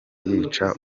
yica